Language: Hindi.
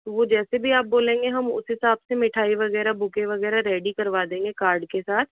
वह जैसे भी आप बोलेंगे हम उस हिसाब से मिठाई वगैरह बुके वगैरह रेडी करवा देंगे कार्ड के साथ